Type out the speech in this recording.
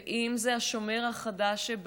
אם זה השומר החדש.